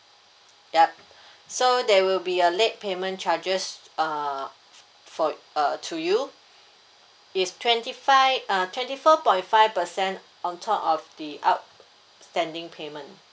yup so there will be a late payment charges uh for uh to you it's twenty five uh twenty four point five percent on top of the outstanding payment